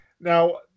Now